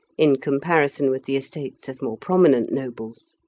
in comparison with the estates of more prominent nobles.